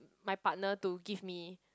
my partner to give me